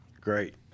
Great